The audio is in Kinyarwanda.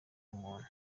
umuntu